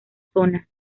zona